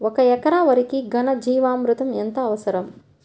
ఒక ఎకరా వరికి ఘన జీవామృతం ఎంత అవసరం?